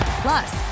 Plus